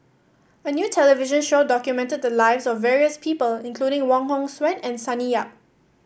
a new television show documented the lives of various people including Wong Hong Suen and Sonny Yap